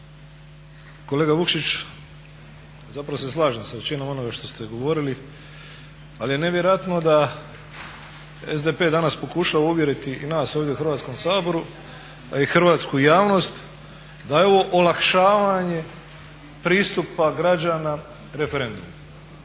Kolega Vukšić, zapravo se slažem sa većinom onoga što ste govorili ali je nevjerojatno da SDP danas pokušava uvjeriti i nas ovdje u Hrvatskom saboru a i hrvatsku javnost da je ovo olakšavanje pristupa građana referendumu.